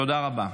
תודה רבה.